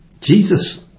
Jesus